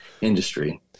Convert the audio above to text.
industry